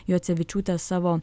juocevičiūtė savo